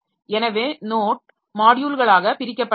எனவே நோட் மாட்யூல்களாக பிரிக்கப்படவில்லை